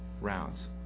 rounds